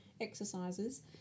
exercises